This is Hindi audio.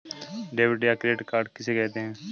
डेबिट या क्रेडिट कार्ड किसे कहते हैं?